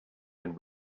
and